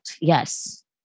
yes